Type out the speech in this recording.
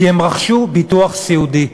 כי הם רכשו ביטוח סיעודי.